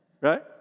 Right